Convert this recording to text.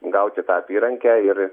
gauti tą apyrankę ir